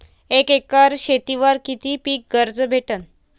एक एकर शेतीवर किती पीक कर्ज भेटते?